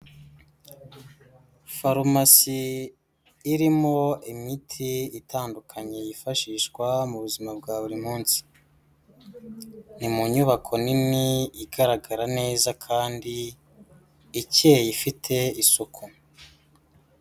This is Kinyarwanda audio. Farumasi irimo imiti itandukanye yifashishwa mu buzima bwa buri munsi. Ni mu nyubako nini, igaragara neza, kandi ikeye ifite isuku.